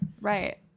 right